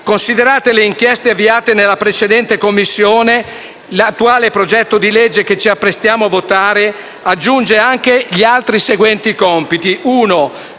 considerate le inchieste avviate nella precedente Commissione, l'attuale progetto di legge che ci apprestiamo a votare aggiunge anche gli ulteriori seguenti compiti: